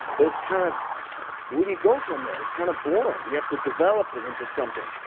but it's kind of where do you go from there? it was kind of boring. you have to develop it into something.